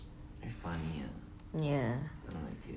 ya